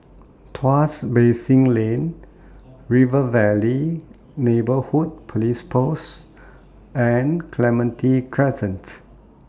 Tuas Basin Lane River Valley Neighbourhood Police Post and Clementi Crescent